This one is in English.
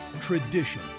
tradition